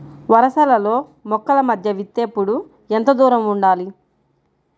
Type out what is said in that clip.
వరసలలో మొక్కల మధ్య విత్తేప్పుడు ఎంతదూరం ఉండాలి?